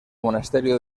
monasterio